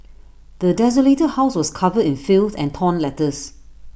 the desolated house was covered in filth and torn letters